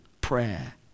prayer